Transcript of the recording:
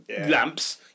lamps